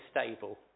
stable